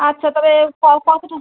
আচ্ছা তবে কতোটা